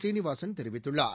சீனிவாசன் தெரிவித்துள்ளார்